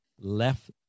left